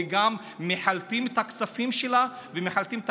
וגם מחלטים את הכספים שלה ומחלטים אפילו את